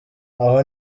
aho